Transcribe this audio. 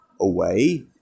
away